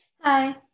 Hi